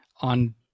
on